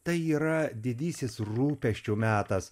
tai yra didysis rūpesčių metas